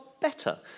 better